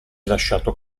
lasciato